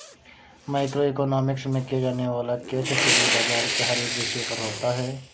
micro economics में किया जाने वाला केस स्टडी बाजार के हर एक विषय पर होता है